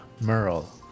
Merle